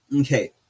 Okay